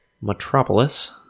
metropolis